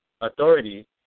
authority